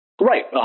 Right